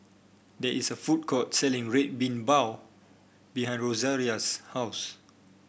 there is a food court selling Red Bean Bao behind Rosaria's house